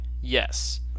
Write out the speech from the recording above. yes